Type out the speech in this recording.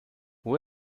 who